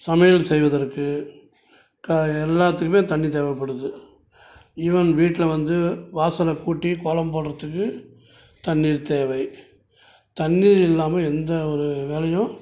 சமையல் செய்வதற்கு கா எல்லாத்துக்குமே தண்ணி தேவைப்படுது ஈவன் வீட்டில் வந்து வாசலை கூட்டிக் கோலம் போடுறத்துக்குத் தண்ணீர் தேவை தண்ணீர் இல்லாமல் எந்த ஒரு வேலையும்